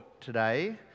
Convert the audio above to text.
today